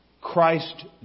Christ